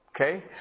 Okay